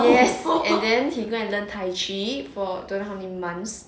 yes and then he go and learn tai chi for don't know how many months